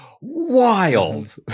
wild